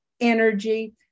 energy